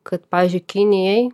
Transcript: kad pavyzdžiui kinijoj